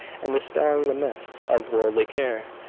and, dispelling the mists of worldly care,